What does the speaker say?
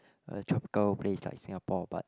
a tropical place like Singapore but